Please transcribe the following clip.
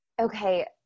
Okay